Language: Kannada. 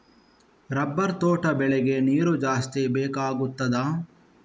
ರಬ್ಬರ್ ತೋಟ ಬೆಳೆಗೆ ನೀರು ಜಾಸ್ತಿ ಬೇಕಾಗುತ್ತದಾ?